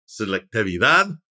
Selectividad